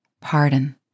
pardon